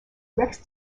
rex